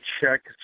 check